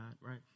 right